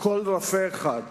קול רפה אחד